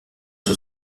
sur